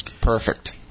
Perfect